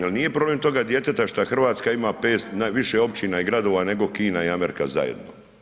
Jel nije problem toga djeteta što Hrvatsko ima 500, više općina i gradova nego Kina i Amerika zajedno.